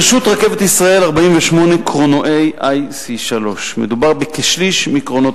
ברשות "רכבת ישראל" 48 קרונועי IC3. מדובר בכשליש מקרונות